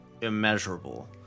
immeasurable